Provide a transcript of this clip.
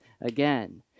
again